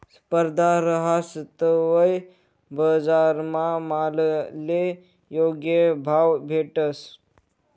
स्पर्धा रहास तवय बजारमा मालले योग्य भाव भेटस